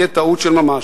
זו תהיה טעות של ממש.